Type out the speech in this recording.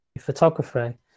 photography